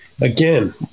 again